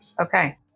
Okay